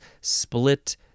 split